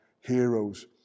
heroes